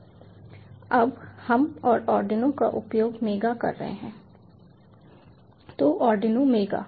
अब हम और आर्डिनो का उपयोग मेगा में कर रहे हैं तो आर्डिनो मेगा